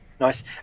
Nice